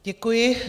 Děkuji.